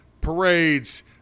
parades